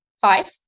Five